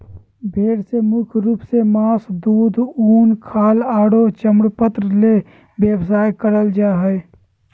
भेड़ से मुख्य रूप से मास, दूध, उन, खाल आरो चर्मपत्र ले व्यवसाय करल जा हई